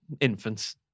infants